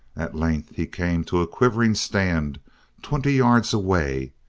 at length he came to a quivering stand twenty yards away,